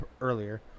earlier